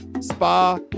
spa